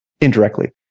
indirectly